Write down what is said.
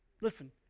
Listen